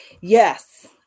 yes